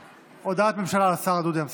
הודעת ממשלה לשר דודי אמסלם.